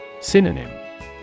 Synonym